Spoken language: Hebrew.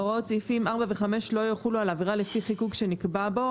הוראות סעיפים 4 ו-5 לא יחולו על עבירה לפי חיקוק שנקבע בו,